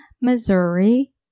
Missouri